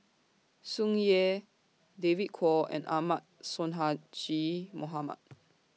Tsung Yeh David Kwo and Ahmad Sonhadji Mohamad